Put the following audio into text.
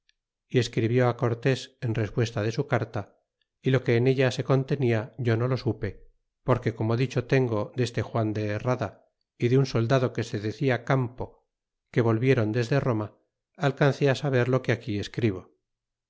y escribió cortés en respuesta de su carta y lo que en ella se contenia yo no lo supe porque como dicho tengo deste juan de herrada y de un soldado que se decia campo que volvieron dende roma alcancé saber lo que aquí escribo